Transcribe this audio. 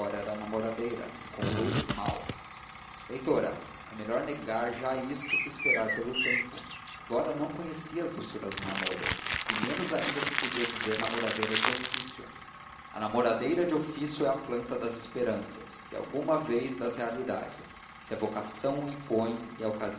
era namoradeira e concluis mal leitora é melhor negar já isto que esperar pelo tempo flora não conhecia as doçuras do namoro e menos ainda se podia dizer namoradeira de ofício a namoradeira de ofício é a planta das esperanças e alguma vez das realidades se a vocação o impõe